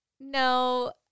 No